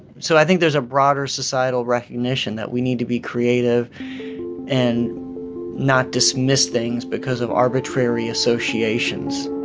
so i think there's a broader societal recognition that we need to be creative and not dismiss things because of arbitrary associations